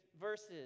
verses